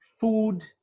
food